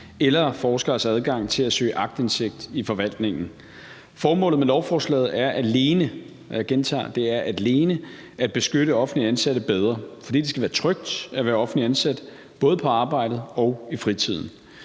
eller forskeres adgang til at søge aktindsigt i forvaltningen. Formålet med lovforslaget er alene – og jeg gentager alene – at beskytte offentligt ansatte bedre, fordi det skal være trygt at være offentligt ansat, både på arbejdet og i fritiden.